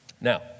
Now